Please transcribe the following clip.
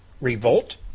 revolt